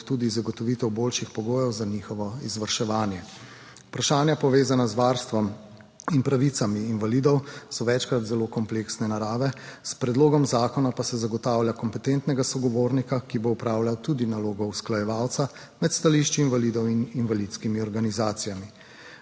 tudi zagotovitev boljših pogojev za njihovo izvrševanje. Vprašanja, povezana z varstvom in pravicami invalidov, so večkrat zelo kompleksne narave. S predlogom zakona pa se zagotavlja kompetentnega sogovornika, ki bo opravljal tudi nalogo usklajevalca med stališči invalidov in invalidskimi organizacijami.